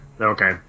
Okay